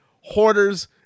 Hoarders